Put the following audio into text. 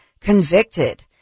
convicted